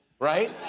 Right